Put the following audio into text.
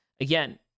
again